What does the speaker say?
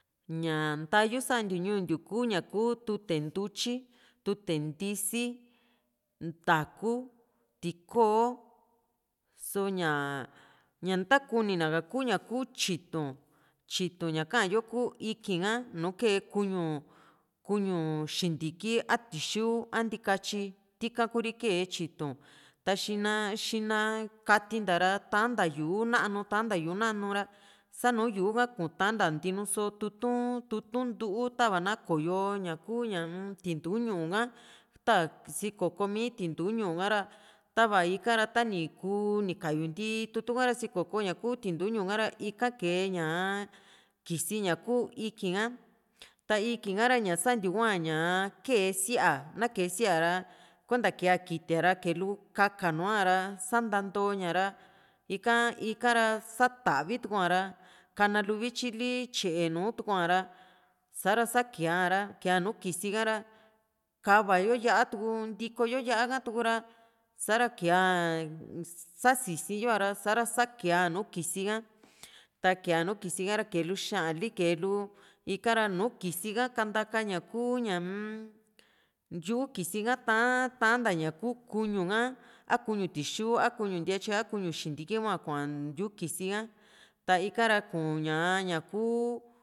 ña ntauy santiu ñuu ntiu ku tute ntutyi tute ntisi ntaa´ku tikoo so´ña ña ntakunina ka kuu tyitu tyitu ña ka´an yo ku ikii´n ka nu kee kuñu kuñu xintiki a kuñu tixu a ntikatyi tika kuu ri kee tyitu ta xina xina katenta ra tan´ta yu´u nanu tan ´ta yu´u nanu ra sanu yu´u ha ku tan´ta ntinuso tutu´n tutu´n ntuu tava na koyo ña kuu ñaa-m tintu ñu´u ha ta sikoko mi tintu ñu´u ha´ra tava ikara ta´ni kuu ni kayu ntii tutu´n ra sikoko ñaku tintuu ñu´u ka´ra ika kee ña kisi ñaku ikii´n a ta ikii´n a ra ña santiu hua ña kee siaa na kee siaa´ra kuenta kee a kiti a´ra kee lu ka´ka nuara sa ntaton´ña ra ika ika´ra sa tavitua ra kana luvityi li tye´e nùù tukua´ra sa´ra sa kee a´ra kee a nuu kisi ha´ra kava yo yá´a tuku ntikoyo yá´a hatuku ra sara kee´a sasisiyo a ´ra sa kee´a nu kisi a ta kea nu kisi ha´ra kee lu xa´an li kee lu ika´ra nùù kisi ha kantaka ña kuu ñaa-m yuu kisi ha tan´ta ña kuu kuñu ka a kuñu tixu a kuñu ntiatyi a kuñu xintiki hua kuaa yuu kisio ka ta ikara kuu ña ñaku